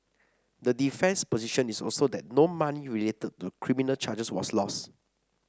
the defence position is also that no money related to the criminal charges was lost